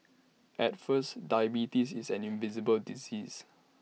at first diabetes is an invisible disease